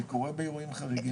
זה קורה באירועים חריגים.